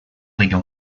legal